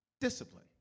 discipline